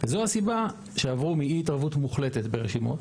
וזו הסיבה שעברו מאי התערבות מוחלטת ברשימות